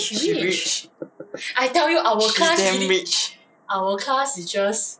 she rich she damn rich